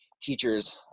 teachers